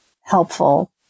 helpful